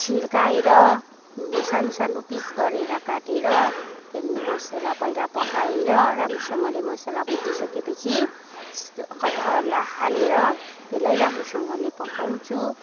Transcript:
छिल्काएर सानो सानो पिस गरेर काटेर त्यहाँदेखि मसला पहिला पकाएर राम्रोसँगले मसला भुटी सकेपछि कटहरलाई हालेर त्यसलाई राम्रोसँगले पकाउँछु